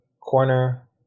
corner